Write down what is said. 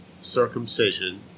circumcision